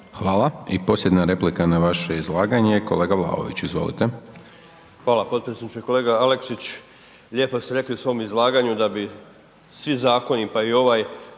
Hvala. I posljednja replika na vaše izlaganje. Kolega Vlaović izvolite. **Vlaović, Davor (HSS)** Hvala potpredsjedniče. Kolega Aleksić lijepo ste rekli u svom izlaganju da bi svi zakoni, pa i ovaj